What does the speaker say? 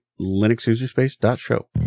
LinuxUserspace.show